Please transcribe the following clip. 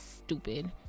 stupid